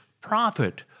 profit